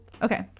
Okay